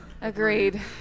Agreed